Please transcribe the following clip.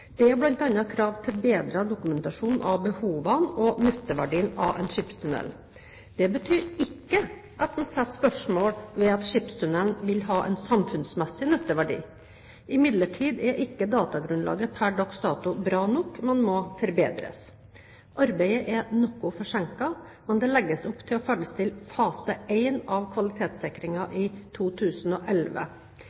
krav til bedre dokumentasjon av behovene og nytteverdien av en skipstunnel. Dette betyr ikke at man stiller spørsmål ved at skipstunnelen vil ha en samfunnsmessig nytteverdi. Imidlertid er ikke datagrunnlaget per dags dato bra nok, men må forbedres. Arbeidet er noe forsinket, men det legges opp til å ferdigstille fase 1 av